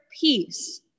peace